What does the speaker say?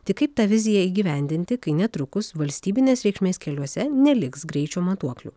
tik kaip tą viziją įgyvendinti kai netrukus valstybinės reikšmės keliuose neliks greičio matuoklių